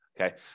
Okay